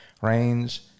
range